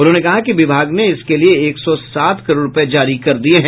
उन्होंने कहा कि विभाग ने इसके लिए एक सौ सात करोड़ रूपये जारी कर दिये हैं